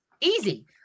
easy